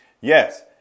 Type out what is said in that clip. yes